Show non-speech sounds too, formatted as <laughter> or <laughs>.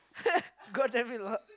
<laughs> god damn it lah